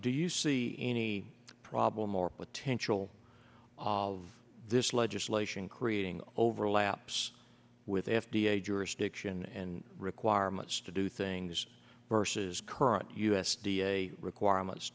do you see any problem or potential of this legislation creating overlaps with f d a jurisdiction and requirements to do things versus current u s d a requirements